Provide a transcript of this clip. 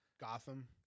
Gotham